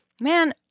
man